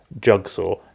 Jigsaw